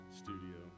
studio